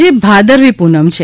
આજે ભાદરવી પૂનમ છે